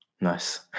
Nice